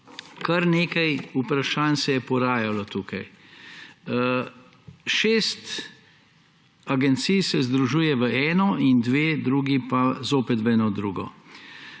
kar nekaj vprašanj se je porajalo tukaj. Šest agencij se združuje v eno in dve drugi pa zopet v eno drugo.